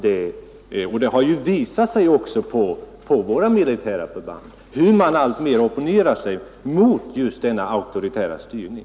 Det har också visat sig att man på förbanden alltmer opponerar sig mot just denna auktoritära styrning.